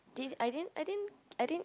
didn't I didn't I didn't I didn't